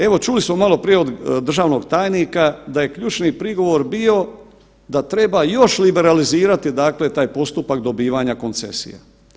Evo, čuli smo malo prije od državnog tajnika da je ključni prigovor bio da treba još liberalizirati dakle taj postupak dobivanja koncesija.